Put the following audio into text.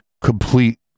complete